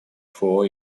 four